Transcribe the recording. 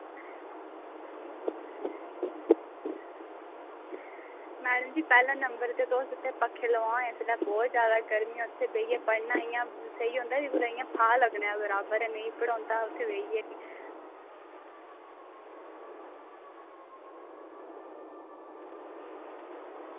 madam ji पैह्ले number ते तुस इत्थें पक्खे लोआओ इसलै बहुत जादा गर्मी ऐ ते इत्थें बेहियै पढ़ना इंया बड़ा नेईं पढ़ोंदा उत्थें बेहियै